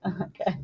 Okay